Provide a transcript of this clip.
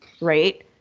Right